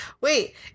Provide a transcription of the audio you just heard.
wait